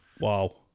Wow